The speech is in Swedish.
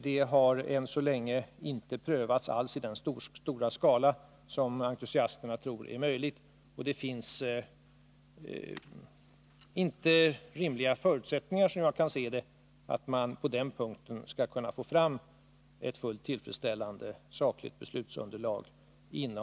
Det har ännu så länge inte alls prövats i den stora skala som entusiasterna tror är möjlig. Såvitt jag kan bedöma finns det i fråga om det uppvärmningssystemet inte förutsättningar att inom rimlig tid få fram ett tillräckligt och sakligt beslutsunderlag.